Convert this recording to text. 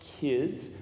kids